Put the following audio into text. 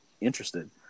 interested